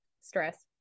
stress